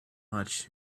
much